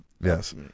Yes